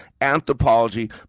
anthropology